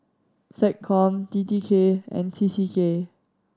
SecCom T T K and T C K